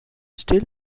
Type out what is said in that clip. still